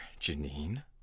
Janine